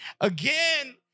again